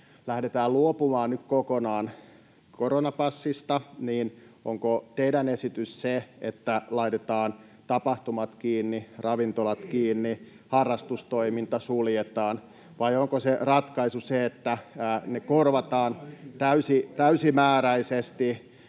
lähdetään luopumaan nyt kokonaan koronapassista, niin onko teidän esityksenne se, että laitetaan tapahtumat kiinni, ravintolat kiinni, [Perussuomalaisten ryhmästä: Ei!] harrastustoiminta suljetaan, vai onko ratkaisu se, että ne korvataan täysimääräisesti